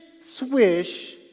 swish